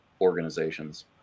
organizations